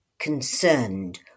Concerned